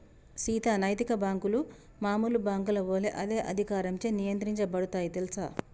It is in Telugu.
సీత నైతిక బాంకులు మామూలు బాంకుల ఒలే అదే అధికారంచే నియంత్రించబడుతాయి తెల్సా